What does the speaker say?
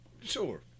Sure